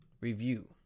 review